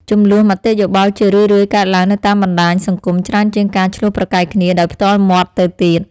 ជម្លោះមតិយោបល់ជារឿយៗកើតឡើងនៅតាមបណ្តាញសង្គមច្រើនជាងការឈ្លោះប្រកែកគ្នាដោយផ្ទាល់មាត់ទៅទៀត។